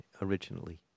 originally